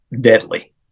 deadly